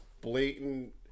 blatant –